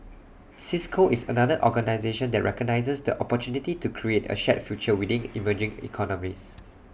cisco is another organisation that recognises the opportunity to create A shared future within emerging economies